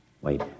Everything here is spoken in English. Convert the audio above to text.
Wait